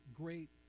great